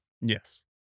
Yes